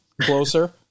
closer